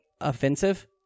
offensive